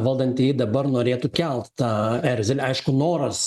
valdantieji dabar norėtų kelt tą erzelį aišku noras